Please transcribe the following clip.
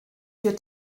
für